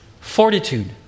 fortitude